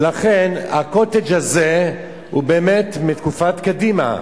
ולכן, ה"קוטג'" הזה הוא באמת מתקופת קדימה.